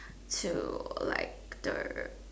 to like the